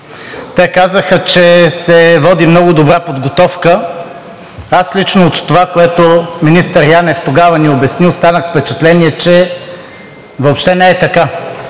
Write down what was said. Те казаха, че се води много добра подготовка. Аз лично от това, което министър Янев тогава ни обясни, останах с впечатление, че въобще не е така.